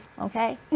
Okay